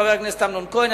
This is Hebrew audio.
חבר הכנסת אמנון כהן.